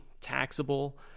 taxable